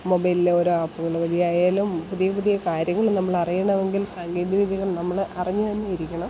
മൊബൈലിൽ ഓരോ ആപ്പുകൾ വഴിയായാലും പുതിയ പുതിയ കാര്യങ്ങൾ നമ്മൾ അറിയണമെങ്കിൽ സാങ്കേതിക വിദ്യകൾ നമ്മൾ അറിഞ്ഞു തന്നെയിരിക്കണം